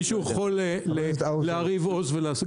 מישהו יכול להרהיב עוז ולהשיב?